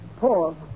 Paul